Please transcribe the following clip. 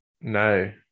No